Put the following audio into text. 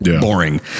boring